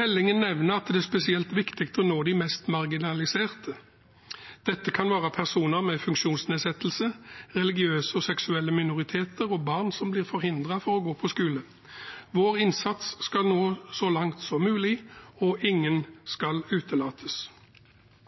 Meldingen nevner at det er spesielt viktig å nå de mest marginaliserte. Dette kan være personer med funksjonsnedsettelse, religiøse og seksuelle minoriteter og barn som er forhindret fra å gå på skole. Vår innsats skal nå så langt som mulig, og ingen